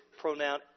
pronoun